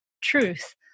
truth